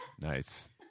Nice